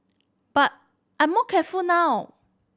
but I'm more careful now